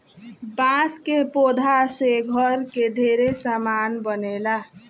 बांस के पौधा से घर के ढेरे सामान बनेला